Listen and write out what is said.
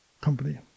company